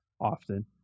Often